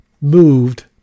moved